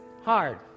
hard